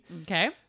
Okay